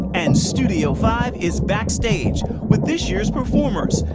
and studio five is back stage with this year's performers,